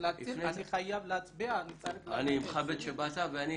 אני מכבד שאמרת,